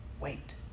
Wait